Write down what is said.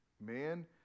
Man